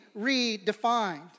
redefined